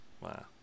wow